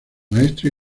maestro